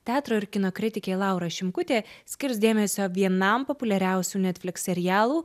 teatro ir kino kritikė laura šimkutė skirs dėmesio vienam populiariausių netfliks serialų